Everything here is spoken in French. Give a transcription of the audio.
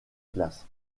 glace